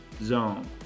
zone